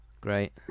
Great